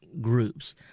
groups